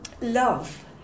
Love